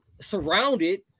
surrounded